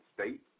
State